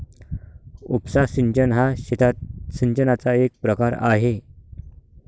उपसा सिंचन हा शेतात सिंचनाचा एक प्रकार आहे